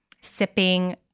sipping